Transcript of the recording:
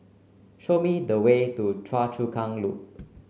show me the way to Choa Chu Kang Loop